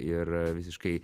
ir visiškai